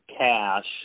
cash